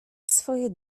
swoje